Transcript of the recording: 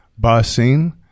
busing